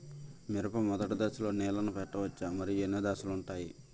మిరప మొదటి దశలో నీళ్ళని పెట్టవచ్చా? మరియు ఎన్ని దశలు ఉంటాయి?